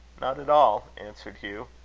not at all, answered hugh.